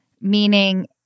meaning